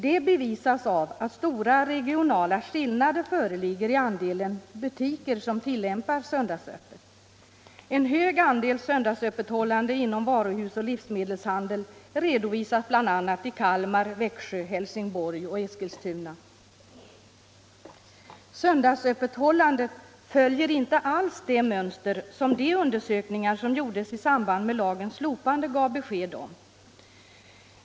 Det bevisas av att stora regionala skillnader föreligger i andelen butiker som tillämpar söndagsöppet. En hög andel söndagsöppethållande inom varuhus och inom livsmedelshandel redovisas bl.a. i Kalmar, Växjö, Helsingborg och Eskilstuna. Söndagsöppethållandet följer inte alls det mönster som undersökning arna i samband med lagens slopande gav besked om.